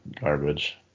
garbage